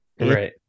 Right